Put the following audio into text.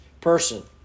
person